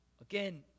Again